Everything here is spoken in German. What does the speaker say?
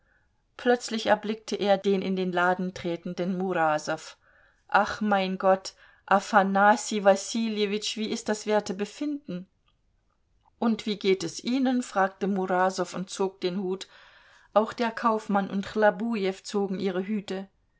plötzlich erblickte er den in den laden tretenden murasow ach mein gott afanassij wassiljewitsch wie ist das werte befinden und wie geht es ihnen fragte murasow und zog den hut auch der kaufmann und chlobujew zogen ihre hüte